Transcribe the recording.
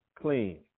clean